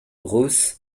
ruth